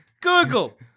Google